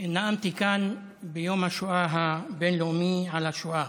נאמתי כאן ביום השואה הבין-לאומי על השואה.